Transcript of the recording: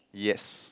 yes